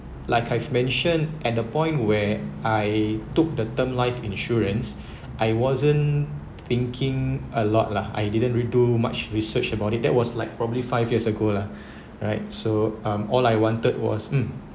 like I've mention at the point where I took the term life insurance I wasn't thinking a lot lah I didn't really do much research about it that was like probably five years ago lah right so um all I wanted was um